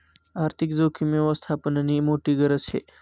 आर्थिक जोखीम यवस्थापननी मोठी गरज शे